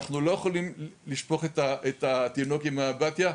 אנחנו לא יכולים לשפוך את התינוק עם האמבטיה.